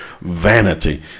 vanity